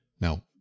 Now